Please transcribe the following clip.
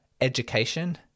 education